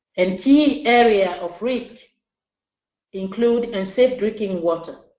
and key areas of risk include unsafe drinking water,